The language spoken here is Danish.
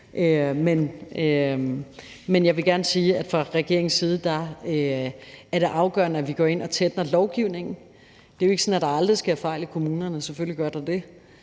Men jeg vil gerne sige, at fra regeringens side er det afgørende, at vi går ind og tætner lovgivningen. Det er jo ikke sådan, at der aldrig sker fejl i kommunerne; selvfølgelig gør der det.